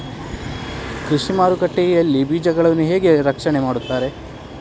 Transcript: ಕೃಷಿ ಮಾರುಕಟ್ಟೆ ಯಲ್ಲಿ ಬೀಜಗಳನ್ನು ಹೇಗೆ ರಕ್ಷಣೆ ಮಾಡ್ತಾರೆ?